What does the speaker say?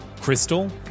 crystal